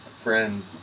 friends